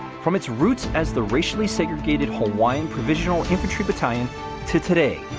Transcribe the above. from its roots as the racially segregated hawaiian provisional infantry battalion to today,